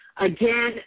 Again